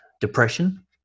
depression